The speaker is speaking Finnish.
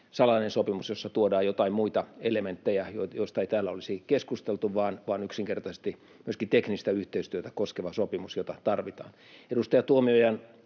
salainen sopimus, jossa tuodaan joitain muita elementtejä, joista ei täällä olisi keskusteltu, vaan yksinkertaisesti myöskin teknistä yhteistyötä koskeva sopimus, jota tarvitaan. Edustaja Tuomiojan